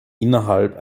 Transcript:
innerhalb